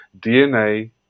DNA